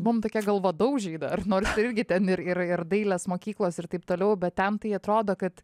buvom tokie galvadaužiai dar nors irgi ten ir ir ir dailės mokyklos ir taip toliau bet ten tai atrodo kad